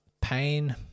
pain